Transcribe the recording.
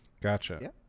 gotcha